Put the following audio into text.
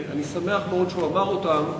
אני שמח מאוד שהוא אמר אותם.